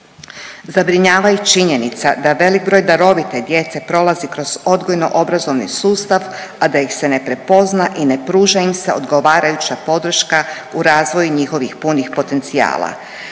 Zabrinjava i činjenica da velik broj darovite djece prolazi kroz odgojno obrazovni sustav, a da ih se ne prepozna i ne pruža im se odgovarajuća podrška u razvoju njihovih punih potencijala.